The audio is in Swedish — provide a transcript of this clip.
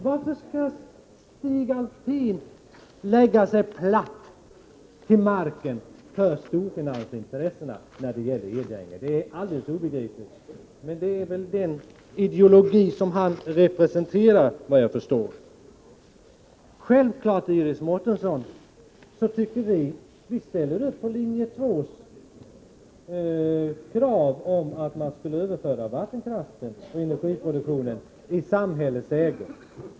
Varför skall Stig Alftin lägga sig platt till marken för storfinansintressena när det gäller Edänge? Det är alldeles obegripligt. Men det är väl den ideologi han representerar, vad jag förstår. Självfallet, Iris Mårtensson, ställer vi upp på linje 2:s krav på att överföra vattenkraften och energiproduktionen i samhällets ägo.